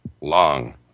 long